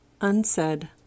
unsaid